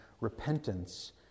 repentance